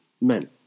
men